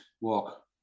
walk